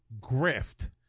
grift